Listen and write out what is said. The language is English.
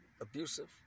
abusive